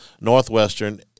Northwestern